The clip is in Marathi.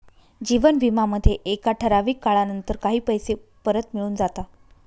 जीवन विमा मध्ये एका ठराविक काळानंतर काही पैसे परत मिळून जाता